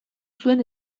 zuen